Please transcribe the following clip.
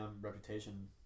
reputation